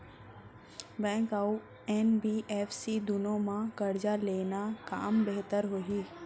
Bank अऊ NBFC दूनो मा करजा लेना कामा बेहतर होही?